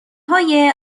های